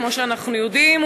כמו שאנחנו יודעים,